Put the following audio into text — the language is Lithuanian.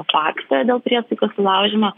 faktą dėl priesaikos sulaužymo